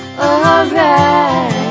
alright